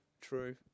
true